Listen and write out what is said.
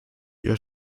ihr